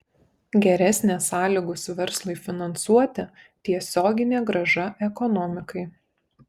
geresnės sąlygos verslui finansuoti tiesioginė grąža ekonomikai